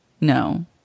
No